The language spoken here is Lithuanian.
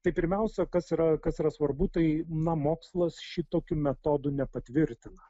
tai pirmiausia kas yra kas yra svarbu tai na mokslas šitokių metodų nepatvirtina